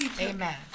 Amen